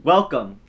Welcome